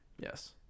Yes